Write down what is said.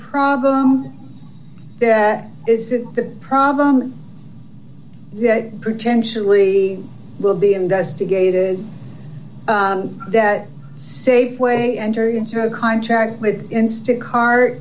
problem that is the problem that potentially will be investigated that safeway entered into a contract with instead cart